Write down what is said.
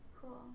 Cool